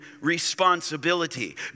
responsibility